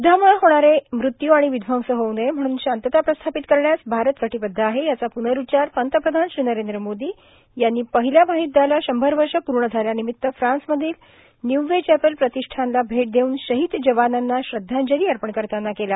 युद्धामुळं होणारे मृत्यू आर्मण र्विध्वंस होऊ नये म्हणून शांतता प्रस्थार्पत करण्यास भारत र्काटबद्ध आहे याचा पुनरूच्चार पंतप्रधान श्री नरद्र मोदो यांनी र्पाहल्या महायुद्धाला शंभर वष पूण झाल्यार्नामत्त फ्रान्समधील नीऊवेचॅपेल प्रांतष्ठानला भेट देऊन शहोद जवानांना श्रद्धांजलो अपण करताना केला